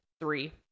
three